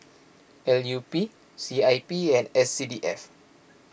L U P C I P and S C D F